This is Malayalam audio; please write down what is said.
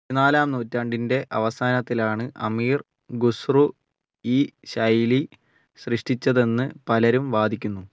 പതിനാലാം നൂറ്റാണ്ടിൻ്റെ അവസാനത്തിലാണ് അമീർ ഖുസ്രു ഈ ശൈലി സൃഷ്ടിച്ചതെന്ന് പലരും വാദിക്കുന്നു